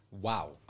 Wow